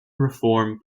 reform